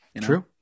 True